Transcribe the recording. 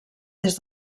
des